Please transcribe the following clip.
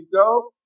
go